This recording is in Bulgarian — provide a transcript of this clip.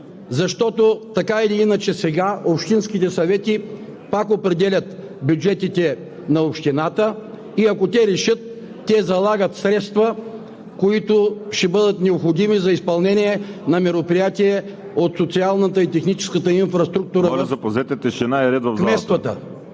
места. Така или иначе сега общинските съвети пак определят бюджетите на общината и ако те решат, залагат средства, които ще бъдат необходими за изпълнение на мероприятия от социалната и техническата инфраструктура в кметствата.